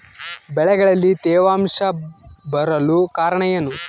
ಬೆಳೆಗಳಲ್ಲಿ ತೇವಾಂಶ ಬರಲು ಕಾರಣ ಏನು?